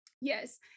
Yes